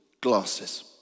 glasses